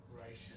righteous